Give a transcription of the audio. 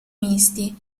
misti